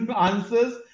answers